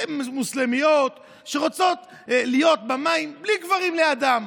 מוסלמיות, שרוצות להיות במים בלי גברים לידן,